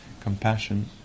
compassion